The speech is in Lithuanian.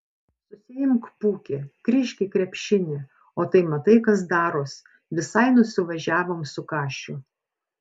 susiimk pūki grįžk į krepšinį o tai matai kas daros visai nusivažiavom su kašiu